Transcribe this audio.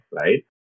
right